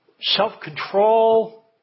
self-control